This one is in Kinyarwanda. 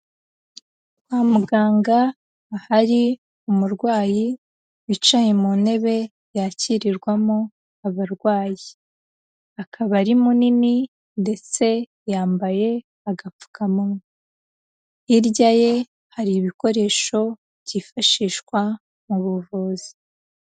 Kwa muganga hari umurwayi wicaye mu ntebe yakirirwamo abarwayi, akaba ari munini, ndetse yambaye agapfukamunwa, hirya ye hari ibikoresho byifashishwa mu buvuzi.